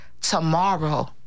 tomorrow